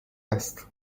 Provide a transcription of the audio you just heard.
است